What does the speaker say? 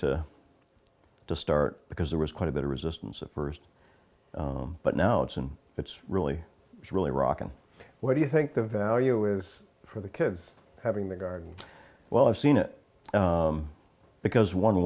to to start because there was quite a bit of resistance at first but now it's and it's really really rock and what do you think the value with for the kids having the garden well i've seen it because one